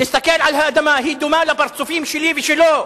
תסתכל לאדמה, היא דומה לפרצופים שלי ושלו,